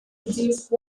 produce